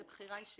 זה בחירה אישית.